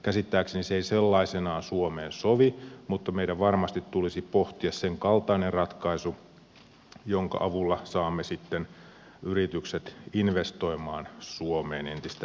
käsittääkseni se ei sellaisenaan suomeen sovi mutta meidän varmasti tulisi pohtia senkaltainen ratkaisu jonka avulla saamme sitten yritykset investoimaan suomeen entistä